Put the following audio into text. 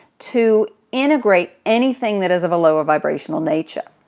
to integrate anything that is of a lower vibrational nature.